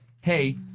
hey